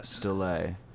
delay